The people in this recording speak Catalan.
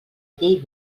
llei